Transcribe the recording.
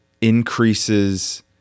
increases